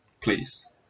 please